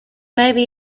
maybe